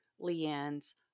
Leanne's